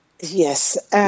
Yes